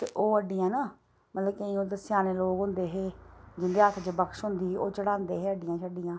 ते ओह् हड्डियां नां मतलब केईं उद्धर स्याने लोक होंदे हे जिंदे हत्थे च बक्श होंदी ही ओह् चढांदे हे हड्डियां छड्डियां